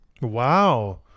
wow